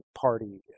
party